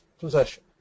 possession